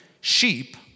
sheep